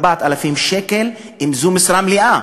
4,000 שקל אם מדובר במשרה מלאה.